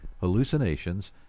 hallucinations